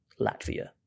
Latvia